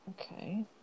Okay